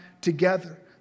together